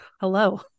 hello